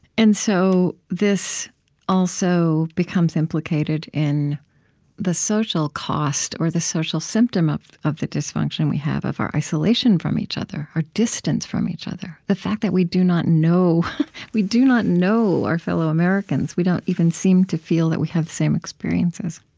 and so this also becomes implicated in the social cost or the social symptom of of the dysfunction we have, of our isolation from each other, our distance from each other, the fact that we do not know we do not know our fellow americans. we don't even seem to feel that we have the same experiences